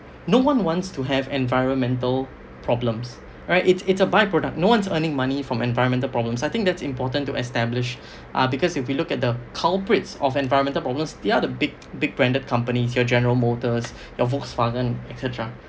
no one wants to have environmental problems right it's it's a by product no one's earning money from environmental problems I think that's important to establish uh because if you look at the culprits of environmental problems they are the big big branded companies your General Motors your Volkswagen et cetera